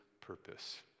purpose